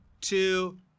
two